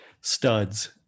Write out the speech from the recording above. studs